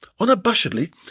Unabashedly